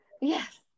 yes